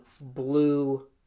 blue